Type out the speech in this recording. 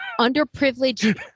underprivileged